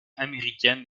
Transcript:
américaine